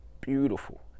Beautiful